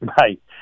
Right